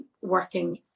working